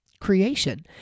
creation